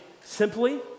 simply